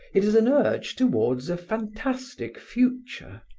it is an urge towards a fantastic future,